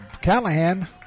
Callahan